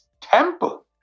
temple